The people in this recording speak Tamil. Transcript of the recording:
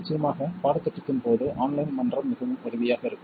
நிச்சயமாக பாடத்திட்டத்தின் போது ஆன்லைன் மன்றம் மிகவும் உதவியாக இருக்கும்